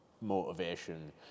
motivation